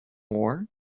war